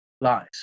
lies